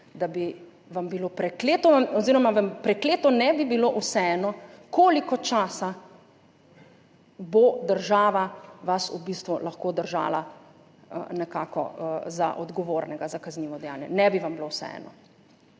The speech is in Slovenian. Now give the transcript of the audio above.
vam prekleto ne bi bilo vseeno, koliko časa vas bo država v bistvu lahko držala nekako za odgovornega za kaznivo dejanje. Ne bi vam bilo vseeno.